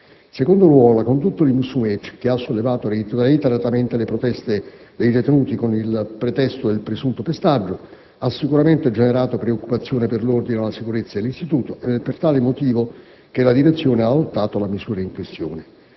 secondo luogo, la condotta del Musumeci, che ha sollecitato reiteratamente le proteste dei detenuti con il pretesto del presunto pestaggio, ha sicuramente generato preoccupazione per l'ordine e la sicurezza dell'istituto ed è per tale motivo che la direzione ha adottato le misure in questione.